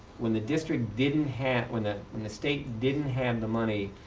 when the district didn't have when the when the state didn't have the money,